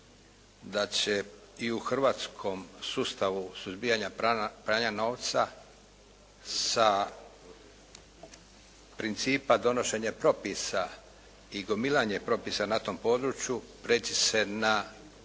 da će i u hrvatskom sustavu suzbijanja pranja novca sa principa donošenja propisa i gomilanje propisa na tom području prijeći se na